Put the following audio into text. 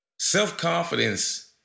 Self-confidence